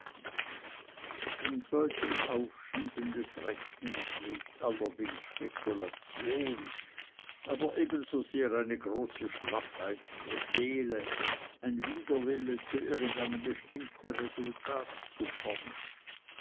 in solchem aufschieben des rechnens liegt allerdings spekulation aber ebenso sehr eine große schlaffheit der seele ein widerwille zu irgend einem bestimmten resultat zu kommen